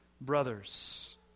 brothers